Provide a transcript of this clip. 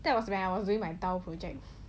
that was when I was doing my town projects